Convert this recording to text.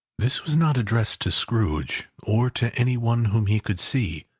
this was not addressed to scrooge, or to any one whom he could see,